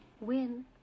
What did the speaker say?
Win